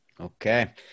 Okay